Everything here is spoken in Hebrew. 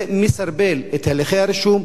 זה מסרבל את הליכי הרישום,